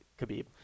Khabib